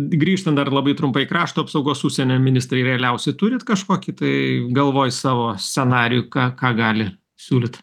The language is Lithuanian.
grįžtam dar labai trumpai krašto apsaugos užsienio ministrai realiausi turit kažkokį tai galvoj savo scenarijų ką ką gali siūlyt